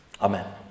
Amen